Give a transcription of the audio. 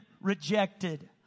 rejected